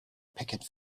picket